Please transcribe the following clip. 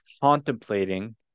contemplating